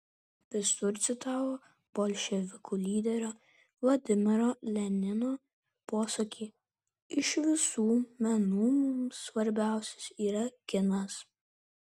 visur citavo bolševikų lyderio vladimiro lenino posakį iš visų menų mums svarbiausias yra kinas